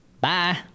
Bye